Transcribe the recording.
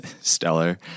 stellar